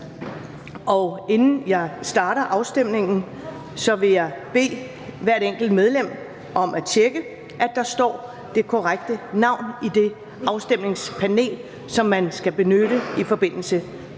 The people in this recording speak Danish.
Inden jeg starter afstemningen, vil jeg bede hver enkelt medlem om at tjekke, at der står det korrekte navn på det afstemningspanel, som man skal benytte i forbindelse med